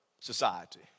society